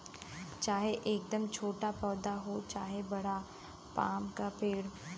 चाहे एकदम छोटा पौधा हो चाहे बड़ा पाम क पेड़